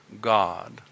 God